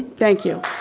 thank you.